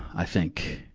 i think.